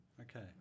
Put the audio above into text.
Okay